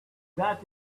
that